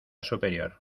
superior